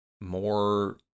More